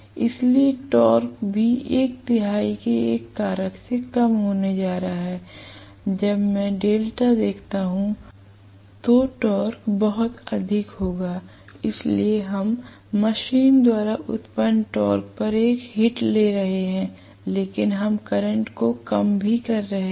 इसलिए टॉर्क भी एक तिहाई के एक कारक से कम होने जा रहा है जब मैं डेल्टा देखता हूं तो टॉर्क बहुत अधिक होगा इसलिए हम मशीन द्वारा उत्पन्न टॉर्क पर एक हिट ले रहे हैं लेकिन हम करंट को कम भी कर रहे हैं